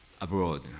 abroad